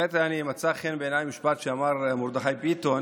מצא חן בעיניי משפט שאמר מרדכי ביטון: